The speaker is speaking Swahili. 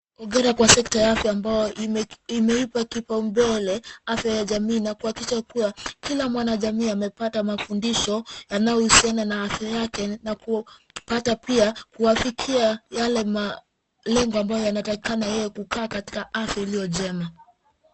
Hongera kwa sekta ya afya amabyo imeipa kipaumbele afya ya jamii na kuhakikisha kuwa kila mwanajamii amepata mafundisho yanayohusiana na afya yake na kupata pia kuyafikia yale malengo ambayo yanatakikana yeye kukaa katika afya iliyo njema.